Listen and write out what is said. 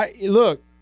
Look